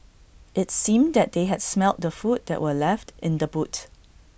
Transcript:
it's seemed that they had smelt the food that were left in the boot